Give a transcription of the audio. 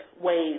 ways